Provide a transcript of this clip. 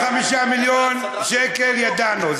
על מחיר של 5 מיליון שקל ידענו.